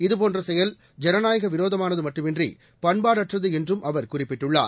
இதுபோன்ற செயல் ஜனநாயக விரோதமானது மட்டுமன்றி பண்பாடற்றது என்றும் அவர் குறிப்பிட்டுள்ளார்